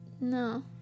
No